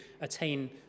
attain